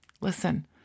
Listen